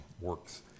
works